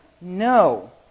no